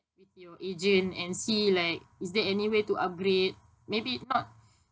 with your agent and see like is there any way to upgrade maybe not